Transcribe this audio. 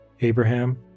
Abraham